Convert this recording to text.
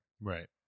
Right